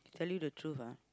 tell you the truth ah